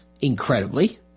incredibly